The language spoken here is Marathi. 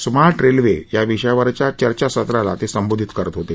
स्मार्ट रेल्वे या विषयावरच्या चर्चा सत्राला ते संबोधित करत होते